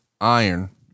iron